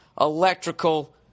electrical